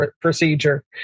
procedure